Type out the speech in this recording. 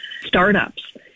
startups